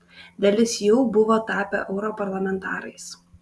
dalis jau buvo tapę europarlamentarais